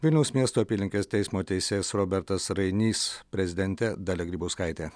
vilniaus miesto apylinkės teismo teisėjas robertas rainys prezidentė dalia grybauskaitė